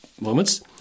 moments